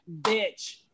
bitch